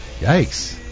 Yikes